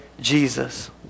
Jesus